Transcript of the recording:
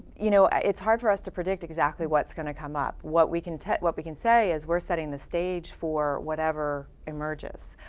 you know, it's hard for us to predict exactly what's going to come up. what we can, what we can say is we're setting the stage for whatever emerges.